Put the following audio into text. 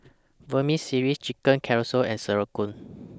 Vermicelli Chicken Casserole and Sauerkraut